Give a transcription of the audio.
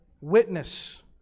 witness